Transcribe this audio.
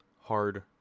hard